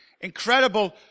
incredible